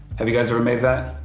have you guys ever made that?